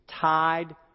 Tied